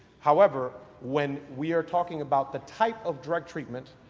however, when we are talking about the type of drug treatment,